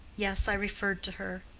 yes, i referred to her.